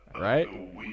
Right